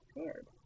scared